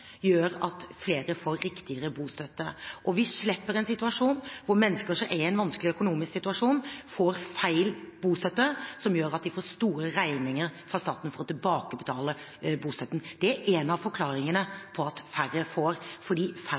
slipper en situasjon hvor mennesker som er i en vanskelig økonomisk situasjon, får feil bostøtte, som gjør at de får store regninger fra staten for å tilbakebetale bostøtten. Det er en av forklaringene på at færre får – fordi færre